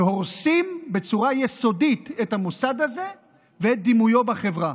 שהורסים בצורה יסודית את המוסד הזה ואת דימויו בחברה.